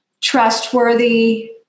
trustworthy